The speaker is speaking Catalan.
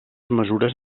mesures